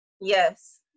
Yes